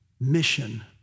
mission